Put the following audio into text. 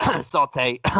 Saute